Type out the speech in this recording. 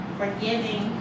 forgiving